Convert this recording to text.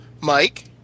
Mike